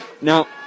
Now